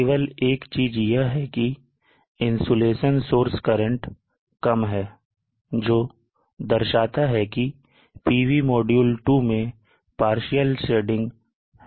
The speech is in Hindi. केवल एक चीज यह है कि इंसुलेशन सोर्स करंट कम है जो दर्शाता है की PV मॉड्यूल 2 में पार्शियल शेडिंग है